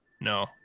No